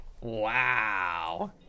Wow